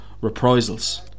Reprisals